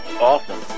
Awesome